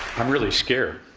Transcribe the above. i'm really scared.